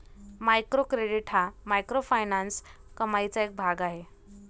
micro credit हा microfinance कमाईचा एक भाग आहे